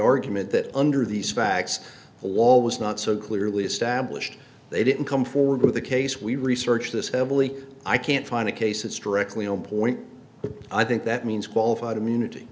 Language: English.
argument that under these facts the wall was not so clearly established they didn't come forward with the case we researched this heavily i can't find a case it's directly on point but i think that means qualified immunity